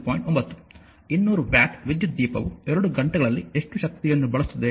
9 200 watt ವಿದ್ಯುತ್ ದೀಪವು 2 ಗಂಟೆಗಳಲ್ಲಿ ಎಷ್ಟು ಶಕ್ತಿಯನ್ನು ಬಳಸುತ್ತದೆ